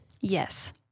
Yes